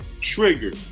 Trigger